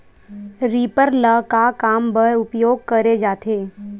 Reaper ल का काम बर उपयोग करे जाथे?